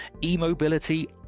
e-mobility